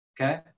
okay